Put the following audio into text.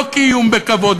לא קיום בכבוד,